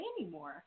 anymore